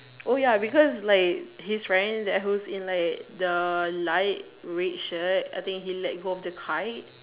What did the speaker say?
oh ya because like his friend that was in like the light red shirt I think he let go of the kite